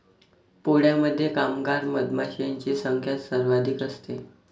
पोळ्यामध्ये कामगार मधमाशांची संख्या सर्वाधिक असते